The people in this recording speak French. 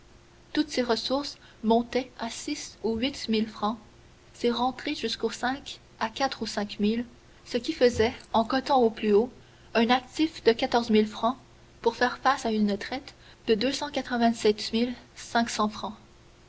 toutes ses ressources montaient à six ou huit mille francs ses rentrées jusqu'au à quatre ou cinq mille ce qui faisait en cotant au plus haut un actif de quatorze mille francs pour faire face à une traite de deux cent quatre-vingt-sept